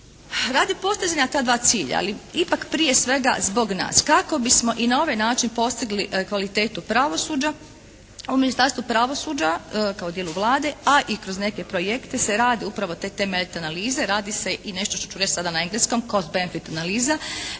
Radi postizanja ta dva cilja ali ipak prije svega zbog nas kako bismo i na ovaj način postigli kvalitetu pravosuđa u Ministarstvu pravosuđa kao dijelu Vlade, a i kroz neke projekte se rade upravo te temeljne analize. Radi se i nešto što ću sada reći na engleskom …/Govornik govori